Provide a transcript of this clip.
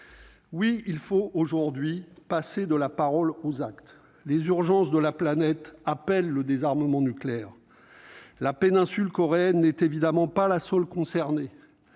Il faut aujourd'hui passer de la parole aux actes. Les urgences de la planète appellent le désarmement nucléaire. La péninsule coréenne n'est évidemment pas la seule concernée,